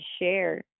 share